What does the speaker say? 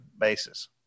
basis